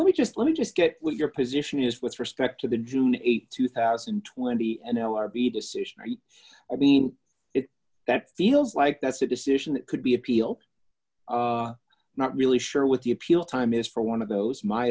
let me just let me just get what your position is with respect to the june th two thousand and twenty n l r b decision i mean if that feels like that's a decision that could be appealed not really sure with the appeal time is for one of those my